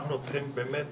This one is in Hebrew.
אנחנו צריכים באמת